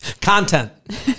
Content